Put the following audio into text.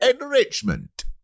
Enrichment